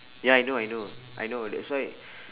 ya I know I know I know that's why